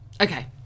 Okay